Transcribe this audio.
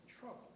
trouble